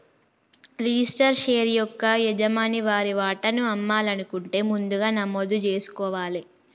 registered share యొక్క యజమాని వారి వాటాను అమ్మాలనుకుంటే ముందుగా నమోదు జేసుకోవాలే